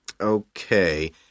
Okay